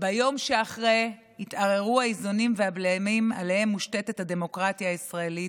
ביום שאחרי יתערערו האיזונים והבלמים שעליהם מושתתת הדמוקרטיה הישראלית,